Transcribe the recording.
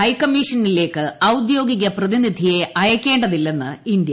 ഹൈമ്മീഷനിലേക്ക് ഔദ്യോഗിക പ്രതിനിധിയെ അയയ്ക്കേണ്ടതില്ലെന്ന് ഇന്ത്യ